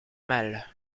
mal